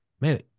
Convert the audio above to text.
man